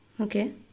Okay